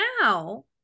now-